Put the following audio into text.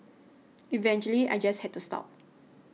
eventually I just had to stop